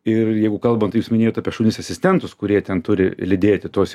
ir jeigu kalbant jūs minėjot apie šunis asistentus kurie ten turi lydėti tuos